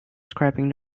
scraping